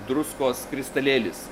druskos kristalėlis